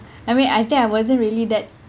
I mean I think I wasn't really that